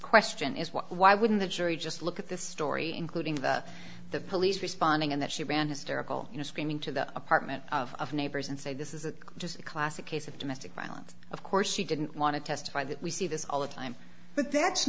question is why wouldn't the jury just look at this story including the police responding and that she ran hysterical you know screaming to the apartment of neighbors and say this is just a classic case of domestic violence of course she didn't want to testify that we see this all the time but that's